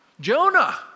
Jonah